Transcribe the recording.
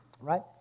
right